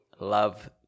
love